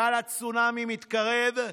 גל הצונאמי מתקרב,